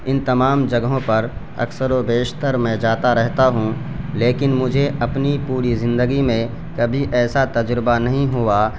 ان تمام جگہوں پر اکثر و بیشتر میں جاتا رہتا ہوں لیکن مجھے اپنی پوری زندگی میں کبھی ایسا تجربہ نہیں ہوا